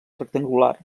rectangular